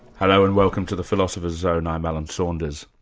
hello, and welcome to the philosopher's zone, i'm alan saunders.